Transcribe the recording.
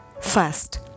first